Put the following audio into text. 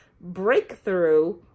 breakthrough